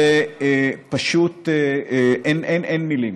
זה פשוט, אין מילים.